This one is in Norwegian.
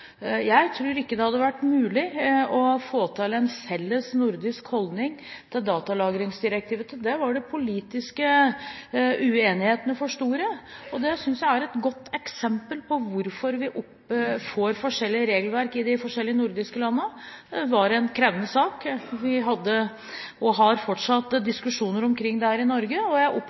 Jeg tror ikke det hadde vært mulig å få til en felles nordisk holdning til datalagringsdirektivet. Til det var de politiske uenighetene for store. Det synes jeg er et godt eksempel på hvorfor vi får forskjellig regelverk i de forskjellige nordiske landene. Det var en krevende sak. Vi hadde – og har fortsatt – diskusjoner omkring dette i Norge, og jeg